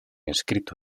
escrito